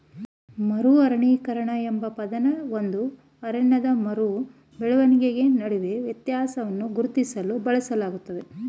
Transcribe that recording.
ಮರು ಅರಣ್ಯೀಕರಣ ಎಂಬ ಪದನ ಒಂದು ಅರಣ್ಯದ ಮರು ಬೆಳವಣಿಗೆ ನಡುವೆ ವ್ಯತ್ಯಾಸವನ್ನ ಗುರುತಿಸ್ಲು ಬಳಸಲಾಗ್ತದೆ